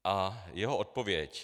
A jeho odpověď.